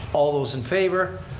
all those in favor.